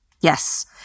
Yes